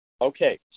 Okay